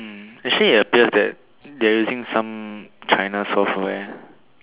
um actually it appears that they are using some China software